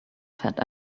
fat